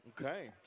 Okay